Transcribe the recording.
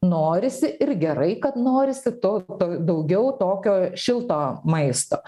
norisi ir gerai kad norisi to to daugiau tokio šilto maisto